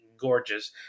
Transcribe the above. gorgeous